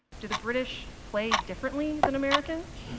do the british play differently than americans?